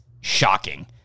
shocking